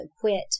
quit